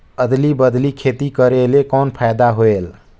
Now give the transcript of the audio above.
अदली बदली खेती करेले कौन फायदा होयल?